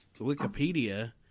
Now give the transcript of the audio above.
Wikipedia